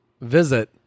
visit